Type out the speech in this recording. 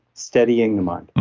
steadying the mind.